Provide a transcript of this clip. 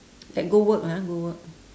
like go work lah go work